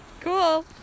Cool